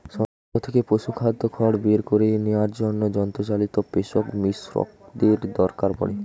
শস্য থেকে পশুখাদ্য খড় বের করে নেওয়ার জন্য যন্ত্রচালিত পেষক মিশ্রকের দরকার পড়ে